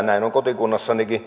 näin on kotikunnassanikin